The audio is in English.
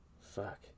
Fuck